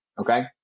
okay